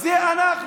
זה אנחנו.